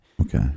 Okay